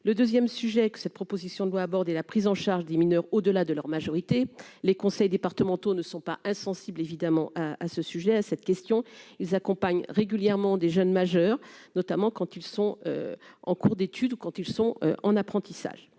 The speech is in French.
le 2ème sujet que cette proposition de loi abordé la prise en charge des mineurs au-delà de leur majorité les conseils départementaux ne sont pas insensibles évidemment à à ce sujet, à cette question, ils accompagnent régulièrement des jeunes majeurs, notamment quand ils sont en cours d'études, quand ils sont en apprentissage